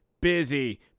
busy